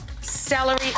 celery